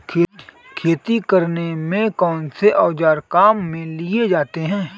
खेती करने में कौनसे औज़ार काम में लिए जाते हैं?